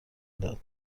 داد